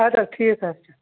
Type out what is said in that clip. اَد حظ ٹھیٖک حظ چھُ